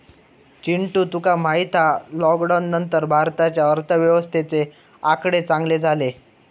चिंटू तुका माहित हा लॉकडाउन नंतर भारताच्या अर्थव्यवस्थेचे आकडे चांगले झाले